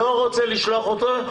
לא רוצה לשלוח אותו.